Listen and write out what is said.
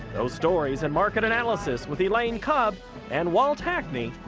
those stories and market analysis with elaine kub and walt hackney,